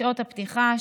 שעות פתיחה,